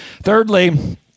Thirdly